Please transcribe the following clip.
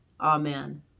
Amen